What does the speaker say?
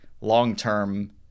long-term